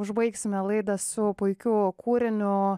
užbaigsime laidą su puikiu kūriniu